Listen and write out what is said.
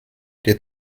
der